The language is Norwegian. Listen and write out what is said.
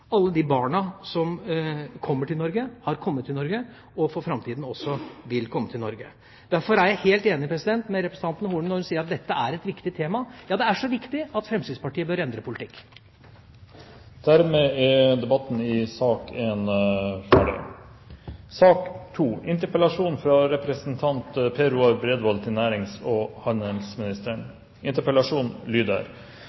alle de barna som kommer til Norge, dem som har kommet til Norge, og for framtida også dem som vil komme til Norge. Derfor er jeg helt enig med representanten Horne når hun sier at dette er et viktig tema. Ja, det er så viktig at Fremskrittspartiet bør endre sin politikk. Dermed er debatten i sak nr. 1 ferdig.